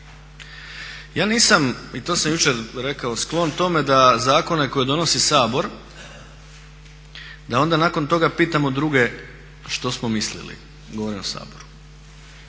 Ja nisam, i to sam jučer rekao, sklon tome da zakone koje donosi Sabor da onda nakon toga pitamo druge što smo mislili, govorim o Saboru.